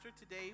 today